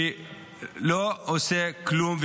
שלא עושה כלום.